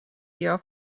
your